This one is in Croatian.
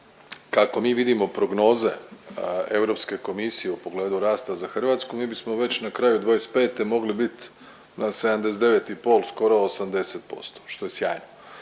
kako mi vidimo prognoze Europske komisije u pogledu rasta na Hrvatsku mi bismo već na kraju '25. mogli bit na 79,5 skoro 80% što je sjajno,